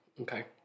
Okay